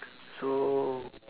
so